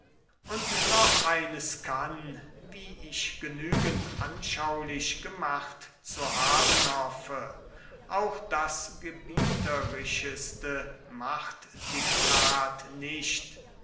und noch eines kann wie ich genügend anschaulich gemacht zu haben hoffe auch das gebieterischeste machtdiktat nicht